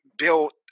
Built